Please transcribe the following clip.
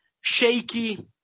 shaky